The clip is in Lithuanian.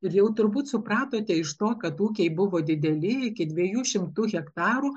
ir jau turbūt supratote iš to kad ūkiai buvo dideli iki dviejų šimtų hektarų